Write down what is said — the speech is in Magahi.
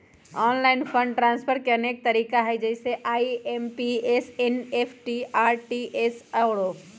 ऑनलाइन फंड ट्रांसफर के अनेक तरिका हइ जइसे आइ.एम.पी.एस, एन.ई.एफ.टी, आर.टी.जी.एस आउरो